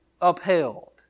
upheld